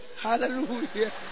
Hallelujah